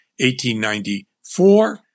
1894